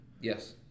Yes